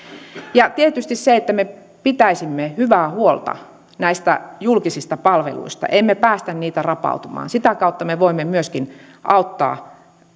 ja tietysti me pitäisimme hyvää huolta näistä julkisista palveluista emme päästä niitä rapautumaan sitä kautta me voimme myöskin auttaa